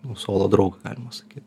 nu suolo draugą galima sakyt